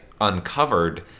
uncovered